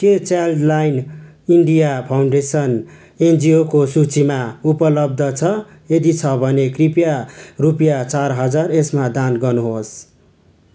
के Childline India Foundation एनजिओको सूचीमा उपलब्ध छ यदि छ भने कृपया रुपियाँ चार हजार यसमा दान गर्नुहोस्